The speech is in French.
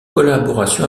collaboration